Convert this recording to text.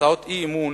הצעות אי-אמון